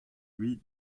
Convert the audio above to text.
lui